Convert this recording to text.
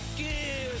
give